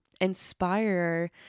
inspire